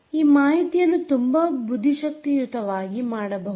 ಈ ಮಾಹಿತಿಯನ್ನು ತುಂಬಾ ಬುದ್ಧಿಶಕ್ತಿಯುತವಾಗಿ ಮಾಡಬಹುದು